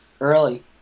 early